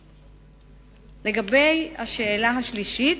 3. לגבי השאלה השלישית,